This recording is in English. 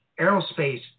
aerospace